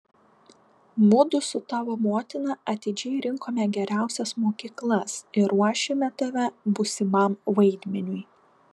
mudu su tavo motina atidžiai rinkome geriausias mokyklas ir ruošėme tave būsimam vaidmeniui